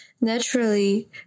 naturally